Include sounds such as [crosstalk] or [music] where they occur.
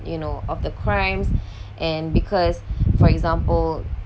you know of the crimes [breath] and because for example